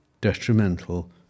detrimental